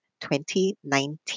2019